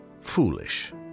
foolish